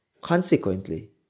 Consequently